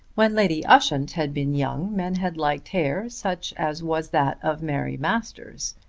when lady ushant had been young men had liked hair such as was that of mary masters.